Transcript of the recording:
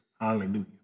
hallelujah